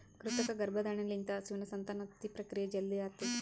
ಕೃತಕ ಗರ್ಭಧಾರಣೆ ಲಿಂತ ಹಸುವಿನ ಸಂತಾನೋತ್ಪತ್ತಿ ಪ್ರಕ್ರಿಯೆ ಜಲ್ದಿ ಆತುದ್